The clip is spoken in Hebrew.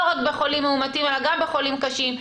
לא רק בחולים מאומתים אלא גם בחולים קשים,